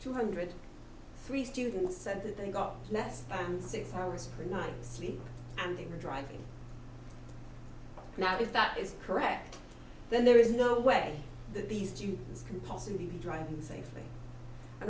two hundred three students said that they got less than six hours a night sleep and they were driving now if that is correct then there is no way that these students can possibly be driving safely